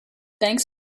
thanks